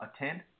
attend